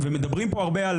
ומדברים פה הרבה על